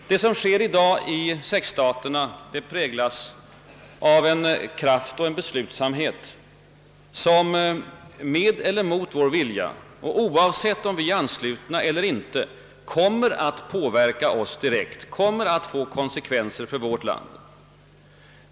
Det som i dag sker i Sexstaterna präglas av en kraft och beslutsamhet, som med eller mot vår vilja och oavsett om vi är anslutna. eller inte kommer ätt påverka oss direkt och få konsekvenser för vårt land.